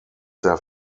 their